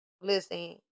listen